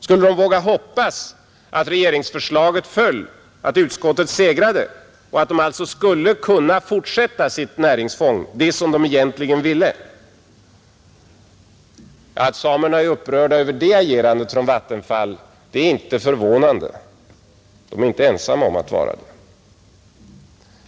Skulle de våga hoppas att regeringsförslaget föll, att utskottet segrade och att de alltså skulle kunna fortsätta sitt näringsfång, det som de egentligen ville? Att samerna är upprörda över detta agerande från Vattenfall är inte förvånande. De är inte ensamma om att vara det.